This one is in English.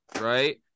right